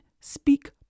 Speak